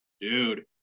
dude